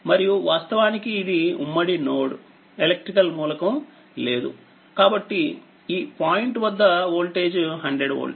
మరియువాస్తవానికి ఇది ఉమ్మడి node electrical మూలకం లేదు కాబట్టి ఈ పాయింట్ వద్ద వోల్టేజ్100వోల్ట్